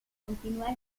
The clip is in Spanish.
continuar